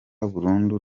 burundu